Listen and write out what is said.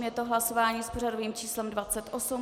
Je to hlasování s pořadovým číslem 28.